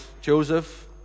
Joseph